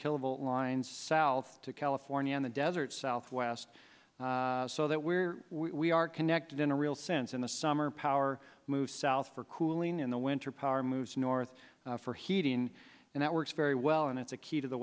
killable lines south to california in the desert southwest so that where we are connected in a real sense in the summer power move south for cooling in the winter power moves north for heating and that works very well and it's a key to the